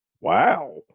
Wow